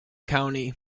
county